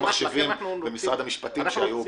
עבד אל חכים חאג' יחיא (הרשימה המשותפת): אנחנו רוצים